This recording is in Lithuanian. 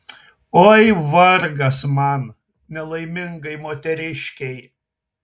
oi vargas man nelaimingai moteriškei